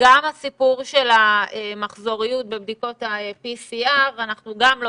גם הסיפור של המחזוריות בבדיקות PCR אנחנו גם לא